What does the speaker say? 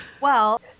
Well-